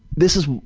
this